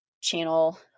channel